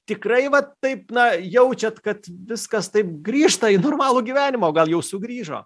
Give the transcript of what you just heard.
tikrai vat taip na jaučiat kad viskas taip grįžta į normalų gyvenimą o gal jau sugrįžo